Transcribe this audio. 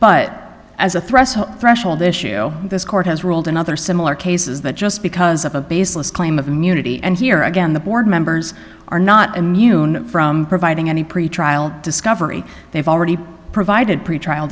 but as a threat threshold issue this court has ruled in other similar cases that just because of a baseless claim of immunity and here again the board members are not immune from providing any pretrial discovery they've already provided pretrial